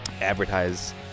advertise